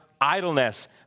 idleness